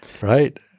right